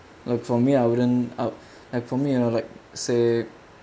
uh for me I wouldn't out like for me you know like say